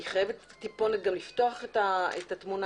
אני חייבת לפתוח את התמונה.